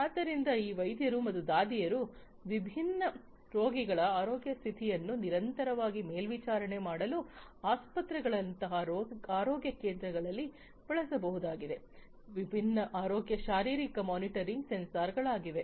ಆದ್ದರಿಂದ ಇದು ವೈದ್ಯರು ಮತ್ತು ದಾದಿಯರು ವಿಭಿನ್ನ ರೋಗಿಗಳ ಆರೋಗ್ಯ ಸ್ಥಿತಿಯನ್ನು ನಿರಂತರವಾಗಿ ಮೇಲ್ವಿಚಾರಣೆ ಮಾಡಲು ಆಸ್ಪತ್ರೆಗಳಂತಹ ಆರೋಗ್ಯ ಕೇಂದ್ರಗಳಲ್ಲಿ ಬಳಸಬಹುದಾದ ವಿಭಿನ್ನ ಆರೋಗ್ಯ ಶಾರೀರಿಕ ಮಾನಿಟರಿಂಗ್ ಸೆನ್ಸಾರ್ ಗಳಾಗಿವೆ